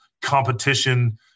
competition